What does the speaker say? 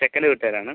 ചെക്കൻ്റെ വീട്ടുകാരാണ്